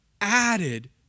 added